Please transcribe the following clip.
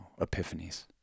epiphanies